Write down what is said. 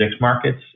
markets